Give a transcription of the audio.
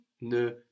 ne